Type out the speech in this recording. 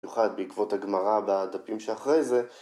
במיוחד בעקבות הגמרא והדפים שאחרי זה